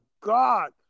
God